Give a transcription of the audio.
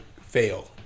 fail